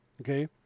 Okay